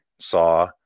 saw